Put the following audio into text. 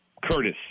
Curtis